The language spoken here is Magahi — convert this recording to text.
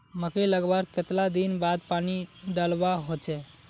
मकई लगवार कतला दिन बाद पानी डालुवा होचे?